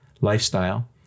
lifestyle